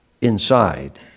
inside